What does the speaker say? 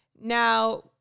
now